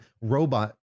robot